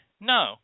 No